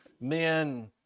men